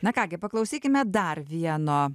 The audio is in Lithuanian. na ką gi paklausykime dar vieno